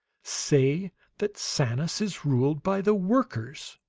say that sanus is ruled by the workers?